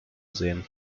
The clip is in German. sehen